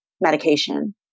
medication